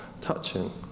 touching